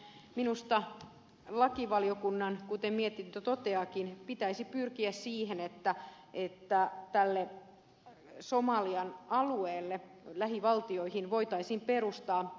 nimittäin minusta lakivaliokunnan kuten mietintö toteaakin pitäisi pyrkiä siihen että tälle somalian alueelle lähivaltioihin voitaisiin perustaa